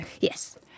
yes